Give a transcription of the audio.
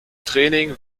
training